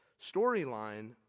storyline